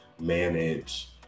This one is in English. manage